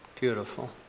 Beautiful